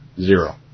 zero